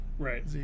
right